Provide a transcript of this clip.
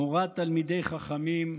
מורא תלמידי חכמים,